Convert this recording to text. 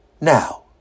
now